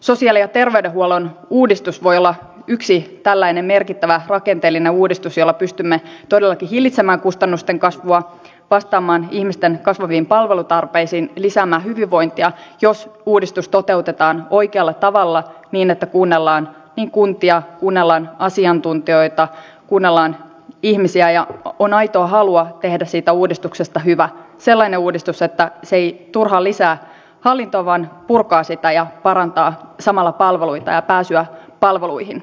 sosiaali ja terveydenhuollon uudistus voi olla yksi tällainen merkittävä rakenteellinen uudistus jolla pystymme todellakin hillitsemään kustannusten kasvua vastaamaan ihmisten kasvaviin palvelutarpeisiin lisäämään hyvinvointia jos uudistus toteutetaan oikealla tavalla niin että kuunnellaan kuntia kuunnellaan asiantuntijoita kuunnellaan ihmisiä ja on aitoa halua tehdä siitä uudistuksesta hyvä sellainen uudistus että se ei turhaan lisää hallintoa vaan purkaa sitä ja parantaa samalla palveluita ja pääsyä palveluihin